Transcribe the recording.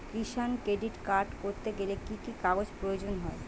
কিষান credit card করতে গেলে কি কি কাগজ প্রয়োজন হয়?